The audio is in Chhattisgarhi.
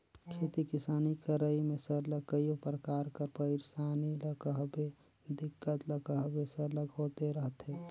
खेती किसानी करई में सरलग कइयो परकार कर पइरसानी ल कहबे दिक्कत ल कहबे सरलग होते रहथे